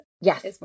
Yes